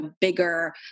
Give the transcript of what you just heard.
bigger